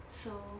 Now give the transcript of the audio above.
so